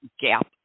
gap